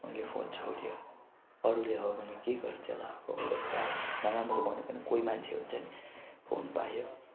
मैले फोन छोड्यो अरूले हो भने के गर्थ्यो होला अब जस्तो अब नराम्रो भने पनि कोही मान्छे हुन्छ नि फोन पायो